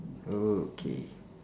okay